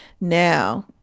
now